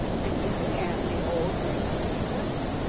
and in the end the old man gave way.